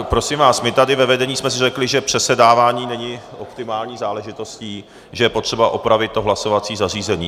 Prosím vás, my tady ve vedení jsme si řekli, že přesedávání není optimální záležitostí, že je potřeba opravit to hlasovací zařízení.